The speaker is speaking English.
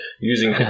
using